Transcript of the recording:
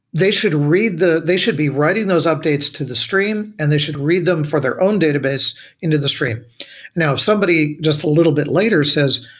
they should read the they should be writing those updates to the stream and they should read them for their own database into the stream now somebody just a little bit later says,